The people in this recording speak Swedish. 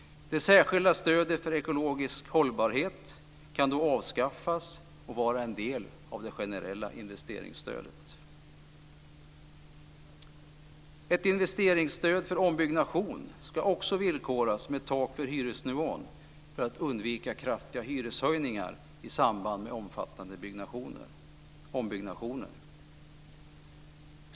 Det särskilda stödet för ekologisk hållbarhet kan då avskaffas och vara en del av det generella investeringsstödet. Ett investeringsstöd för ombyggnation ska också villkoras med tak för hyresnivån för att undvika kraftiga hyreshöjningar i samband med omfattande ombyggnationer.